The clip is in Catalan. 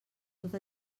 tot